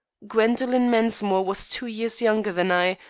gwendoline mensmore was two years younger than i,